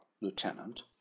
lieutenant